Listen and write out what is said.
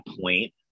point